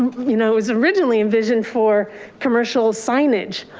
you know as originally envisioned for commercial signage,